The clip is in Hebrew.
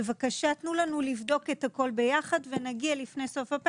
בבקשה תנו לנו לבדוק את הכול ביחד ונגיע עם התשובות.